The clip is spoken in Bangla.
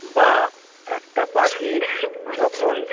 বা একটা পাখি যখন